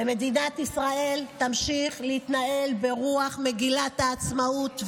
ומדינת ישראל תמשיך להתנהל ברוח מגילת העצמאות,